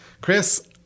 Chris